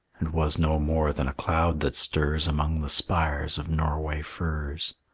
and was no more than a cloud that stirs among the spires of norway firs.